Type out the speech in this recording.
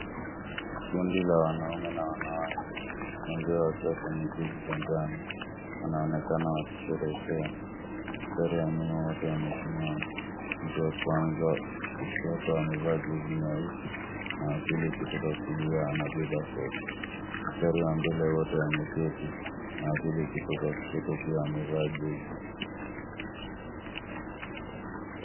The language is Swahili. Kundi la wanaume na wanawake wengi wakiwa kwenye jezi za njano wanaonekana wakisherekea. Mstari wa nyuma wote wamesimama. Mtu wa kwanza kushoto amevaa jezi nyeusi na wa pili kutoka kulia anabeba kopo. Mstari wa mbele wote wameketi na wa pili kutoka kushoto pia amevaa jezi.